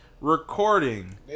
recording